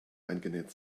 eingenäht